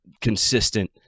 consistent